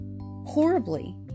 horribly